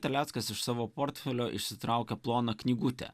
terleckas iš savo portfelio išsitraukia ploną knygutę